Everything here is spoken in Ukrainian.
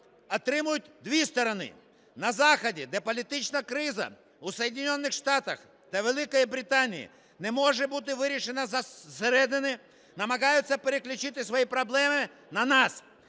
отримують дві сторони. На заході, де політична криза у Соединенных Штатах та Великій Британії не може бути вирішена зсередини, намагаються переключити свої проблеми на нас.